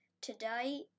today